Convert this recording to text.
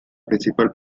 principal